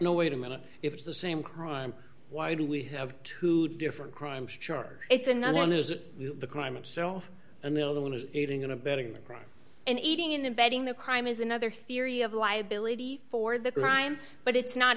no wait a minute if it's the same crime why do we have two different crimes charge it's another one is that the crime itself and the other one is aiding and abetting the crime and eating in abetting the crime is another theory of liability for the crime but it's not